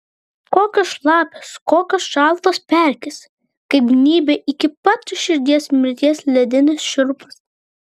kokios šlapios kokios šaltos pelkės kaip gnybia iki pat širdies mirties ledinis šiurpas